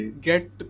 get